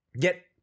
get